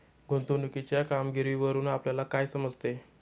गुंतवणुकीच्या कामगिरीवरून आपल्याला काय समजते?